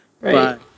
Right